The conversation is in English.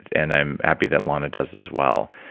and i'm happy that lana does, as well,